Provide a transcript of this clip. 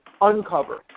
Uncover